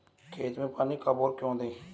खेत में पानी कब और क्यों दें?